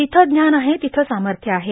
जिथं ज्ञान आहे तिथं सामर्थ्य आहे